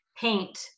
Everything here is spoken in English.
paint